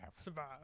Survive